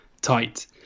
tight